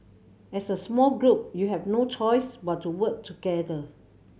as a small group you have no choice but to work together